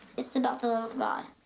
it's about the love of god.